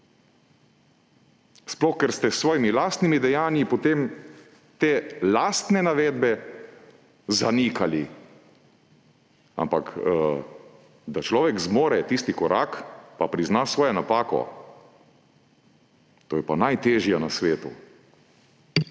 Sploh ker ste s svojimi lastnimi dejanji potem te lastne navedbe zanikali. Ampak da človek zmore tisti korak pa prizna svojo napako, to je pa najtežje na svetu.